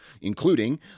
including